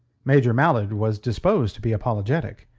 major mallard was disposed to be apologetic.